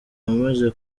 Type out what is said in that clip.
wamaze